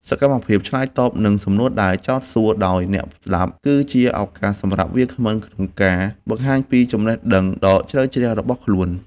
សកម្មភាពឆ្លើយតបនឹងសំណួរដែលចោទសួរដោយអ្នកស្ដាប់ គឺជាឱកាសសម្រាប់វាគ្មិនក្នុងការបង្ហាញពីចំណេះដឹងដ៏ជ្រៅជ្រះរបស់ខ្លួន។